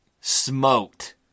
smoked